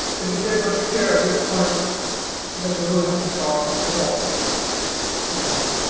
it is pretty much clear at this point that we will have to start the fall online.